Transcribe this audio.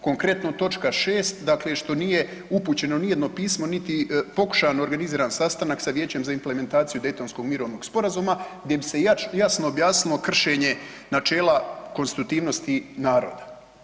Konkretno točka 6 dakle što nije upućeno ni jedno pismo, niti pokušan organiziran sastanak sa Vijećem za implementaciju Dejtonskog mirovnog sporazuma gdje bi se jasno objasnilo kršenje načela konstitutivnosti naroda.